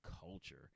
culture